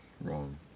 wrong